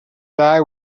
died